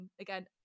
again